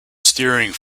steering